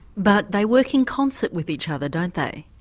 but they work in concert with each other don't they?